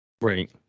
Right